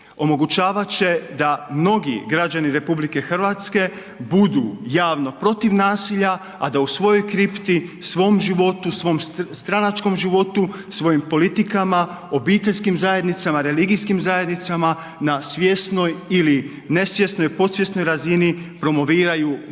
omogućavat će da mnogi građani RH budu javno protiv nasilja, a da u svojoj kripti, svom životu, svom stranačkom životu, svojim politikama, obiteljskim zajednicama, religijskim zajednicama na svjesnoj ili nesvjesnoj, podsvjesnoj razini promoviraju govor,